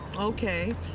Okay